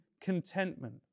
contentment